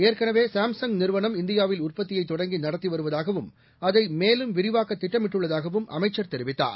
ஏற்கனவே சாம்சங் நிறுவனம் இந்தியாவில் உற்பத்தியை தொடங்கி நடத்தி வருவதாகவும் அதை மேலும் விரிவாக்க திட்டமிட்டுள்ளதாகவும் அமைச்சர் தெரிவித்தார்